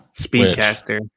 Speedcaster